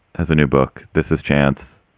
has a new book. this is chance.